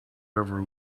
ever